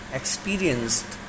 experienced